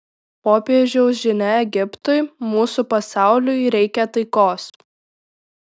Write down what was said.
popiežiaus žinia egiptui mūsų pasauliui reikia taikos